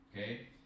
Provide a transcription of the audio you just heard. okay